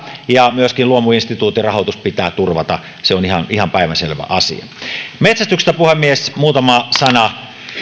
ja myöskin luomuinstituutin rahoitus pitää turvata se on ihan ihan päivänselvä asia metsästyksestä puhemies muutama sana